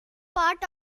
part